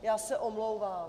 Já se omlouvám.